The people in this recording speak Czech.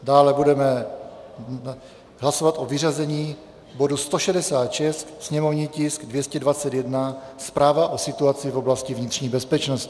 Dále budeme hlasovat o vyřazení bodu 166, sněmovní tisk 221, zpráva o situaci v oblasti vnitřní bezpečnosti.